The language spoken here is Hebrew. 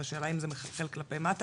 אז השאלה היא האם זה מחלחל כלפי מטה.